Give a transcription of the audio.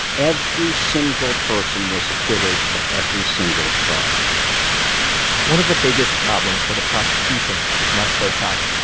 every single person was acquitted of every single charge one of the biggest problems for the prosecution, says mark potok,